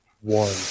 one